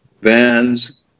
bands